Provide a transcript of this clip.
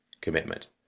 commitment